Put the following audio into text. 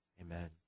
Amen